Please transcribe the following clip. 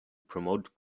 promote